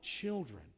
children